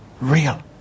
real